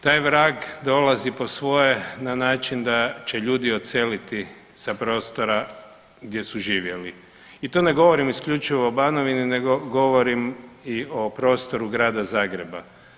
Taj vrag dolazi po svoje na način da će ljudi odseliti sa prostora gdje su živjeli i to ne govorim isključivo o Banovini nego govorim i o prostoru Grada Zagreba.